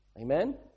amen